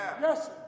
Yes